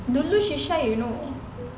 dulu she shy you know